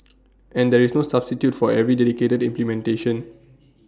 and there is no substitute for very dedicated implementation